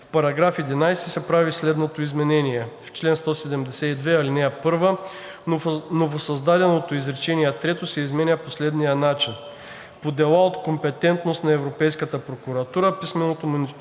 „В параграф 11 се прави следното изменение: В чл. 172, ал.1 новосъздаденото изречение трето се изменя по следния начин: „По дела от компетентност на Европейската прокуратура писменото мотивирано